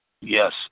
yes